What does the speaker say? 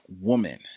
woman